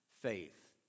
faith